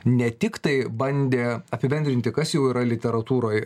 ne tiktai bandė apibendrinti kas jau yra literatūroj